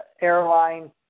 airline